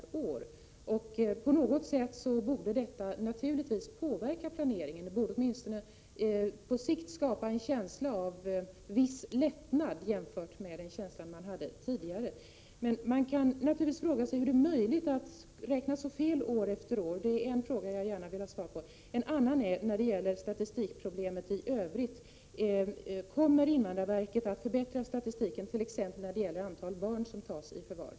På något sätt borde naturligtvis planeringen ha påverkats. Åtminstone borde på sikt en känsla av viss lättnad ha infunnit sig, jämfört med den känsla man tidigare hade. Hur är det möjligt att år efter år räkna så fel? Kommer invandrarverket, när det gäller statistikproblemet i övrigt, att förbättra statistiken, t.ex. i fråga om antal barn som tas i förvar?